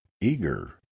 eager